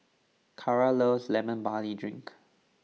Carra loves Lemon Barley Drink